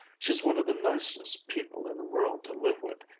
she's one of the nicest people in the world to live with,